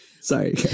Sorry